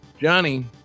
Johnny